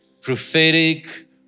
Prophetic